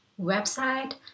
website